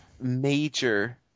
major